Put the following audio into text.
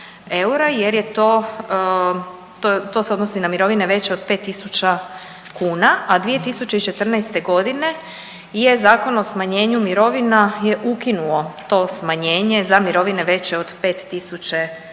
Jer je to, to se odnosi na mirovine veće od 5.000 kuna, a 2014.g. je Zakon o smanjenju mirovina je ukinuo to smanjenje za mirovine veće od 5.000 kuna.